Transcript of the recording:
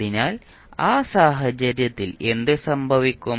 അതിനാൽ ആ സാഹചര്യത്തിൽ എന്ത് സംഭവിക്കും